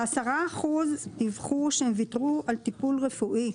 ו-10% דיווחו שהם ויתרו על טיפול רפואי,